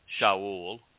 Shaul